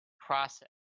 process